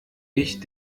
ich